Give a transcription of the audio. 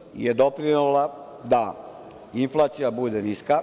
Ova Vlada je doprinela da inflacija bude niska,